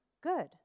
good